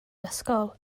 ysgol